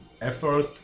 effort